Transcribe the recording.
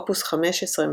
אופוס 15,